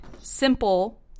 simple